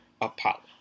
Apollo